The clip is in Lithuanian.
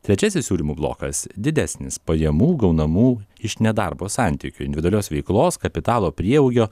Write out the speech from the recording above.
trečiasis siūlymų blokas didesnis pajamų gaunamų iš ne darbo santykių individualios veiklos kapitalo prieaugio